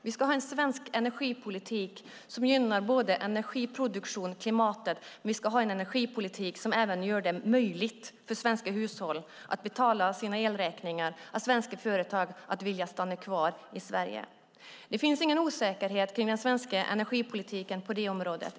Vi ska ha en svensk energipolitik som gynnar både energiproduktionen och klimatet, och den ska även göra det möjligt för svenska hushåll att betala sina elräkningar och få svenska företag att vilja stanna kvar i Sverige. Det finns ingen osäkerhet om den svenska energipolitiken på det området.